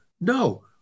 No